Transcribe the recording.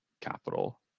capital